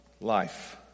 life